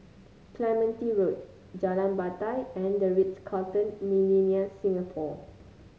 Clementi Road Jalan Batai and The Ritz Carlton Millenia Singapore